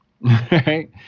right